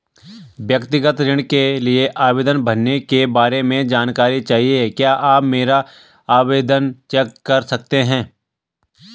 व्यक्तिगत ऋण के लिए आवेदन भरने के बारे में जानकारी चाहिए क्या आप मेरा आवेदन चेक कर सकते हैं?